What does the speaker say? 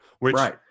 Right